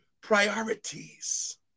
priorities